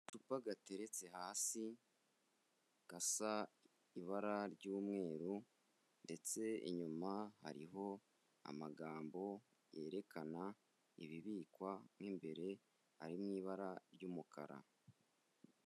Agacupa gateretse, hasi gasa ibara ry'umweru ndetse inyuma hariho amagambo yerekana ibibikwa, mo imbere harimo ibara ry'umukara.